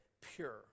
pure